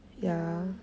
ya